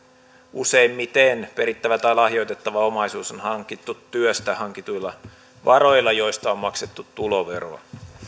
useimmiten perittävä tai lahjoitettava omaisuus on hankittu työstä hankituilla varoilla joista on maksettu tuloveroa